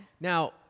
Now